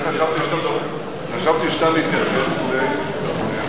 אני חשבתי שאתה מתייחס לוועדת-גורן,